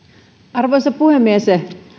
arvoisa puhemies